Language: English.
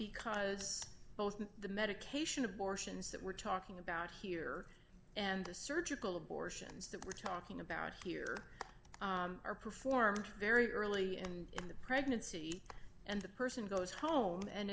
because both the medication abortions that we're talking about here and the surgical abortions that we're talking about here are performed very early and in the pregnancy and the person goes home and